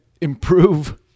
improve